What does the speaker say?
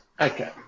Okay